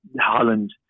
Holland